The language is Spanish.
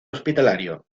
hospitalario